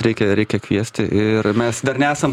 reikia reikia kviesti ir mes dar nesam